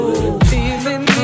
Feeling